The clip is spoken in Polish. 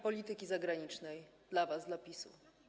polityki zagranicznej, dla was, dla PiS-u.